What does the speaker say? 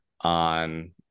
on